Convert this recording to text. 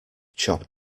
chopped